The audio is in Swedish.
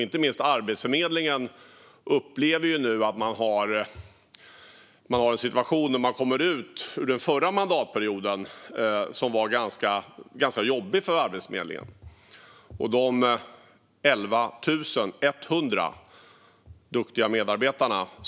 Inte minst Arbetsförmedlingen upplever nu att man har en situation där man kommer ut ur den förra mandatperioden, som var ganska jobbig för Arbetsförmedlingen och dess 11 100 duktiga medarbetare.